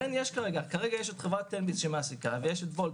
כרגע שיש את חברת תן ביס שמעסיקה ויש את וולט